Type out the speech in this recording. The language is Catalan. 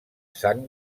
sang